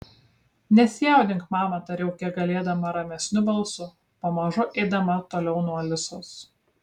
nesijaudink mama tariau kiek galėdama ramesniu balsu pamažu eidama toliau nuo alisos